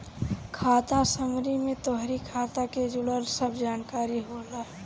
खाता समरी में तोहरी खाता के जुड़ल सब जानकारी होला